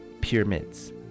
Pyramids